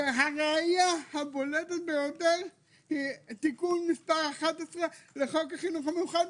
הראיה הבולטת ביותר היא תיקון 11 לחוק החינוך המיוחד.